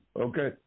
okay